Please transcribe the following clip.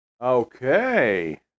Okay